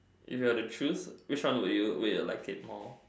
if you were to choose which one will you will you like it more